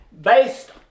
based